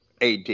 AD